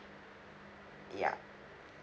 yup